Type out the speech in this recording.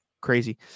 crazy